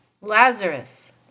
Lazarus